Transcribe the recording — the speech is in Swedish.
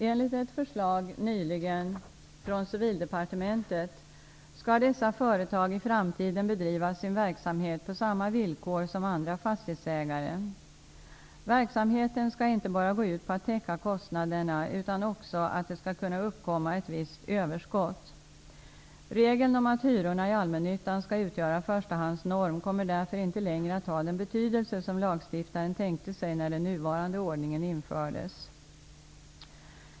Enligt ett förslag nyligen från Civildepartementet skall dessa företag i framtiden bedriva sin verksamhet på samma villkor som andra fastighetsägare. Verksamheten skall inte bara gå ut på att täcka kostnaderna utan också på att det skall kunna uppkomma ett visst överskott. Regeln om att hyrorna i allmännyttan skall utgöra förstahandsnorm kommer därför inte längre att ha den betydelse som lagstiftaren tänkte sig när den nuvarande ordningen infördes.